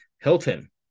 Hilton